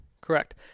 correct